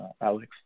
Alex